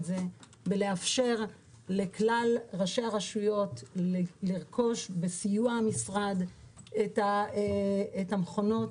זה ולאפשר לכלל ראשי הרשויות לרכוש בסיוע המשרד את המכונות